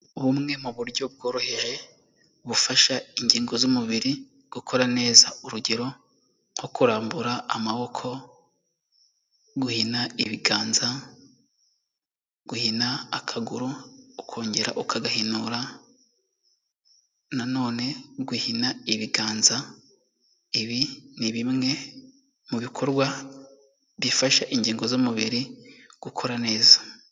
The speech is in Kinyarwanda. Bumwe mu buryo bworoheje bufasha ingingo z'umubiri gukora neza, urugero nko kurambura amaboko, guhina ibiganza, guhina akaguru ukongera ukagahinura, nanone guhina ibiganza. Ibi ni bimwe mu bikorwa bifasha ingingo z'umubiri gukora neza.